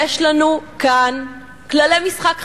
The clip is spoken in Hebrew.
יש לנו כללי משחק חדשים.